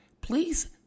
please